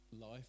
life